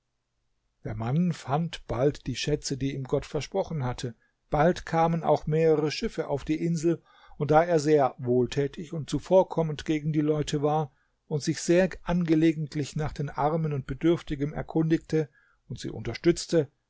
der mann fand bald die schätze die ihm gott versprochen hatte bald kamen auch mehrere schiffe auf die insel und da er sehr wohltätig und zuvorkommend gegen die leute war und sich sehr angelegentlich nach den armen und bedürftigen erkundigte und sie unterstützte